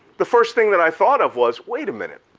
the first thing that i thought of was wait a minute,